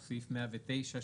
סעיף 109,